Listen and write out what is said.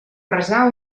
resar